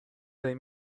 dai